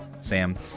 Sam